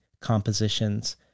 compositions